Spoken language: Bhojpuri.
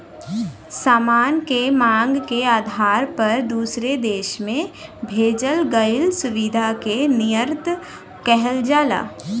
सामान के मांग के आधार पर दूसरे देश में भेजल गइल सुविधा के निर्यात कहल जाला